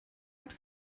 hat